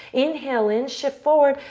inhale in. shift forward.